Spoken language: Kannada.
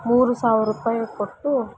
ಮೂರು ಸಾವಿರ ರೂಪಾಯ್ ಕೊಟ್ಟು